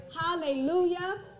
hallelujah